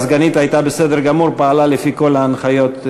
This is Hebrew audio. הסגנית הייתה בסדר גמור, פעלה לפי כל ההנחיות.